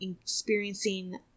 experiencing